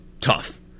tough